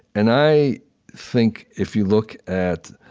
and i think, if you look at